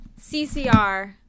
CCR